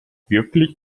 wirklich